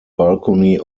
balcony